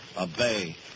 obey